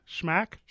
Schmack